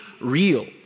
real